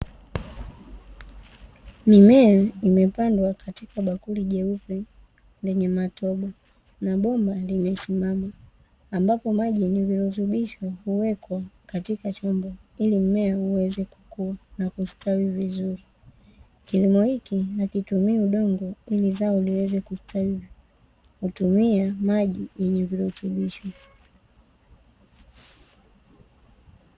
Mimea imepandwa katika bakuli jeupe lenye matobo na bomba limesimama, ambapo maji yenye virutubisho huwekwa katika chombo ili mmea uweze kukua na kustawi vizuri, kilimo hiki hakitumii udongo ili zao liweze kustawi hutumia maji yenye virutubisho.